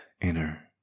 inner